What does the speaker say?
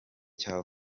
cya